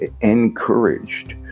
encouraged